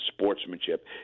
sportsmanship